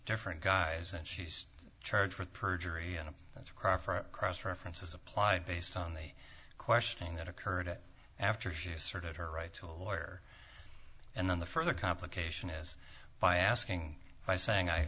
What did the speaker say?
different guise and she's charged with perjury and that's a crime for cross reference is applied based on the questioning that occurred after she asserted her right to a lawyer and then the further complication is by asking by saying i